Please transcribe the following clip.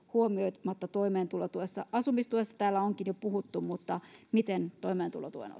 huomioimatta toimeentulotuessa asumistuesta täällä onkin jo puhuttu mutta miten on toimeentulotuen